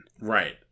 Right